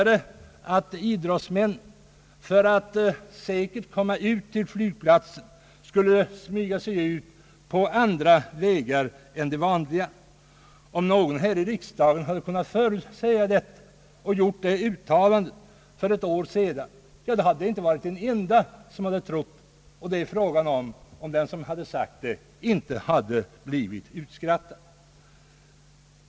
Inte heller kunde man väl föreställa sig, att idrottsmän för att säkert komma ut till flygplatsen skulle få smyga sig dit ut på andra vägar än de vanliga. Om någon här i riksdagen försökt förutsäga detta, hade han inte blivit trodd av någon, och det är fråga om den som sagt det inte hade blivit utskrattad.